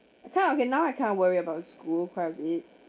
I kind of okay now I kind of worry about school quite a bit